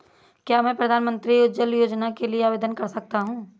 क्या मैं प्रधानमंत्री उज्ज्वला योजना के लिए आवेदन कर सकता हूँ?